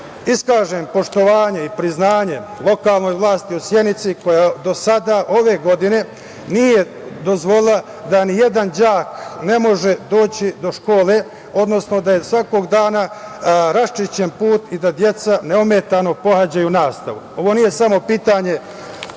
iskažem poštovanje i priznanje lokalnoj vlasti u Sjenici koja do sada ove godine nije dozvolila da ni jedan đak ne može doći do škole, odnosno da je svakog dana raščišćen put i da deca neometano pohađaju nastavu. Ovo nije samo pitanje